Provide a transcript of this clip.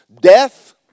Death